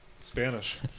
Spanish